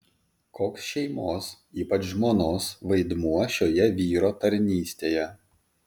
koks šeimos ypač žmonos vaidmuo šioje vyro tarnystėje